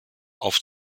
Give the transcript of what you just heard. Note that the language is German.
auf